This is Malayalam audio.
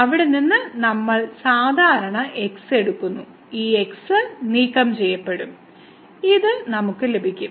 അവിടെ നിന്ന് നമ്മൾ സാധാരണ x എടുക്കുന്നു ഈ x നീക്കംചെയ്യപ്പെടും ഇത് നമുക്ക് ലഭിക്കും